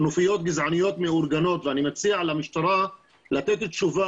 כנופיות גזעניות מאורגנות ואני מציע למשטרה לתת תשובה